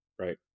right